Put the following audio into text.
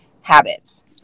habits